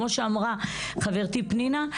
כמו שאמרה חברתי פנינה,